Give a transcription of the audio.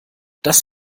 das